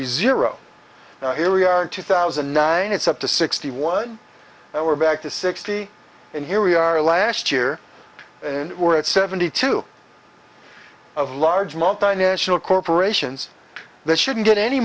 be zero here we are in two thousand and nine it's up to sixty one now we're back to sixty and here we are last year we're at seventy two of large multinational corporations that shouldn't get any